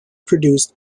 produced